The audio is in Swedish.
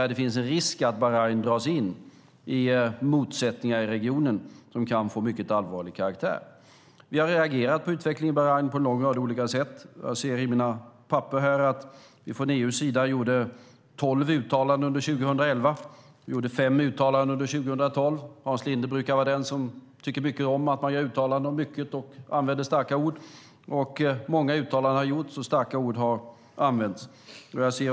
Det finns en risk att Bahrain dras in i motsättningar i regionen som kan få mycket allvarlig karaktär. Vi har reagerat på utvecklingen i Bahrain på en lång rad olika sätt. Jag ser i mina papper att vi från EU:s sida har gjort tolv uttalanden under 2011 och fem under 2012. Hans Linde brukar tycka om att man gör uttalanden om mycket och använder starka ord, och många uttalanden har gjorts och starka ord har använts.